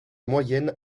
moyenne